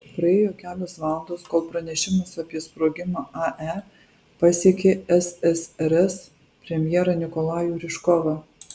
praėjo kelios valandos kol pranešimas apie sprogimą ae pasiekė ssrs premjerą nikolajų ryžkovą